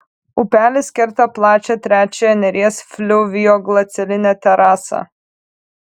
upelis kerta plačią trečiąją neries fliuvioglacialinę terasą